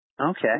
Okay